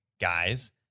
guys